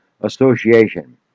association